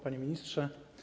Panie Ministrze!